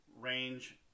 range